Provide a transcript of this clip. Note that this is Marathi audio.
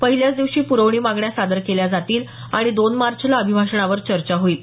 पहिल्याच दिवशी प्रवणी मागण्या सादर केल्या जातील आणि दोन मार्चला अभिभाषणावर चर्चा होईल